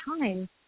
time